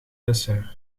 dessert